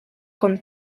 con